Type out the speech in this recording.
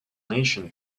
nation